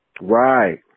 Right